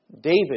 David